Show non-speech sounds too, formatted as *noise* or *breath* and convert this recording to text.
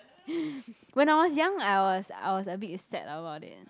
*breath* when I was young I was I was a bit sad about it